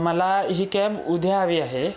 मला ही कॅब उद्या हवी आहे